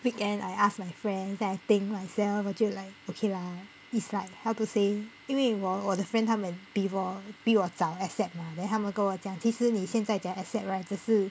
weekend I asked my friend then I think myself 我就 like okay lah it's like how to say 因为我我的 friend 他们比我比我早 accept mah then 他们跟我讲其实你现在讲 accept right 只是